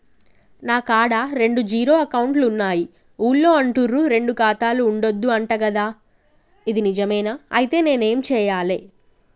నా కాడా రెండు జీరో అకౌంట్లున్నాయి ఊళ్ళో అంటుర్రు రెండు ఖాతాలు ఉండద్దు అంట గదా ఇది నిజమేనా? ఐతే నేనేం చేయాలే?